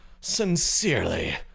Sincerely